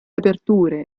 aperture